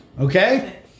Okay